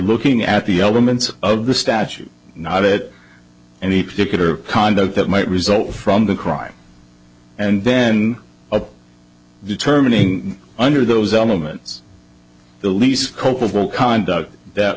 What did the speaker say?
looking at the elements of the statute not it and the particular conduct that might result from the crime and then of determining under those elements the least culpable conduct that